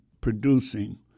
producing